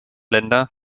länder